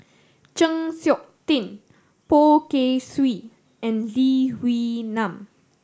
Chng Seok Tin Poh Kay Swee and Lee Wee Nam